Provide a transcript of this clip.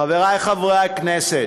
חברי חברי הכנסת,